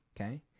okay